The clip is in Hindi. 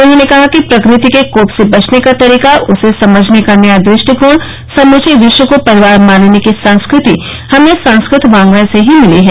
उन्होंने कहा कि प्रकृति के कोप से बचने का तरीका उसे समझने का नया दृष्टिकोण समुचे विश्व को परिवार मानने की संस्कृति हमें संस्कृत वांगमय से ही मिली है